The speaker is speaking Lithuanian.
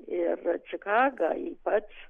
ir čikagą ypač